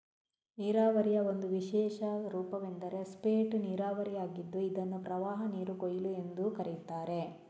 ನೀರಾವರಿಯ ಒಂದು ವಿಶೇಷ ರೂಪವೆಂದರೆ ಸ್ಪೇಟ್ ನೀರಾವರಿಯಾಗಿದ್ದು ಇದನ್ನು ಪ್ರವಾಹನೀರು ಕೊಯ್ಲು ಎಂದೂ ಕರೆಯುತ್ತಾರೆ